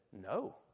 no